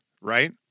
right